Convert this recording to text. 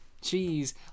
cheese